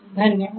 धन्यवाद